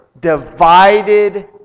divided